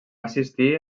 assistir